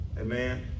Amen